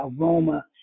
aroma